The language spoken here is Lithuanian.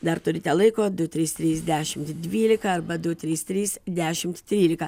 dar turite laiko du trys trys dešimt dvylika arba du trys trys dešimt trylika